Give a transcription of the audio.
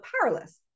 powerless